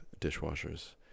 dishwashers